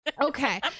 okay